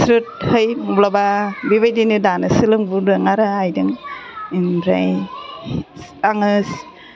स्रोदहै मब्लाबा बेबायदिनो दानो सोलोंबोदों आरो आइजों ओमफ्राय आङो